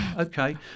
Okay